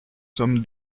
sommes